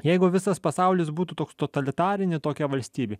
jeigu visas pasaulis būtų toks totalitarini tokia valstybė